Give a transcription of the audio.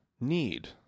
need